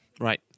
right